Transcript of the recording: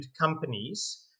companies